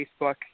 Facebook